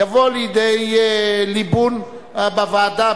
יבוא לידי ליבון בוועדה,